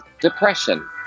depression